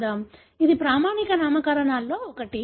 ఇది ప్రామాణిక నామకరణాలలో ఒకటి